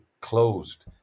closed